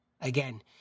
Again